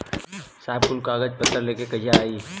साहब कुल कागज पतर लेके कहिया आई?